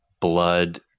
blood